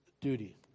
duty